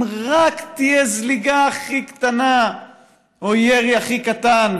אם רק תהיה זליגה הכי קטנה או ירי הכי קטן.